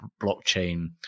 blockchain